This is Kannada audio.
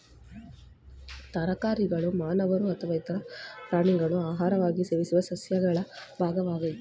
ತರಕಾರಿಗಳು ಮಾನವರು ಅಥವಾ ಇತರ ಪ್ರಾಣಿಗಳು ಆಹಾರವಾಗಿ ಸೇವಿಸುವ ಸಸ್ಯಗಳ ಭಾಗಗಳಾಗಯ್ತೆ